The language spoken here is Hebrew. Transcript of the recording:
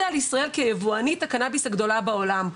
על ישראל כיבואנית הקנאביס הרפואי הגדולה בעולם.